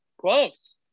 close